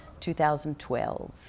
2012